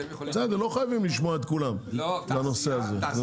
לא חייבים לשמוע את כולם בנושא הזה.